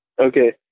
Okay